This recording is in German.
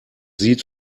sieht